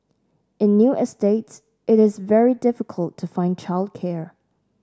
in new estates it is very difficult to find childcare